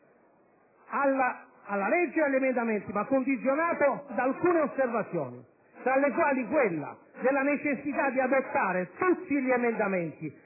di legge e agli emendamenti, condizionato ad alcune osservazioni, tra le quali la necessità di adottare tutti gli emendamenti